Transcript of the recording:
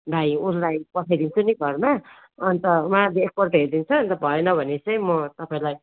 भाइ उसलाई पठाइदिन्छु नि घरमा अन्त उहाँले एकपल्ट हेरिदिन्छ अन्त भएन भने चाहिँ म तपाईँलाई